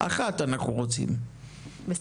אנחנו רוצים אחת.